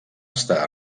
està